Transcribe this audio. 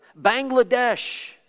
Bangladesh